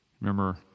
Remember